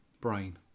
brain